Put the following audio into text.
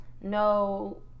no